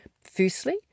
Firstly